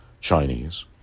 Chinese